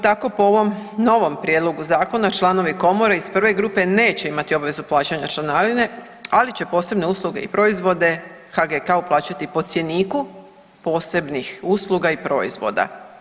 Tako po ovom novom Prijedlogu zakona članovi komore iz 1. grupe neće imati obvezu plaćanja članarine, ali će posebne usluge i proizvode HGK-u plaćati po cjeniku posebnih usluga i proizvoda.